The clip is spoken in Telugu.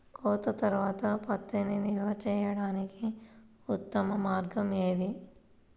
కోత తర్వాత పత్తిని నిల్వ చేయడానికి ఉత్తమ మార్గం ఏది?